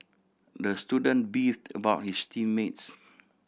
the student beefed about his team mates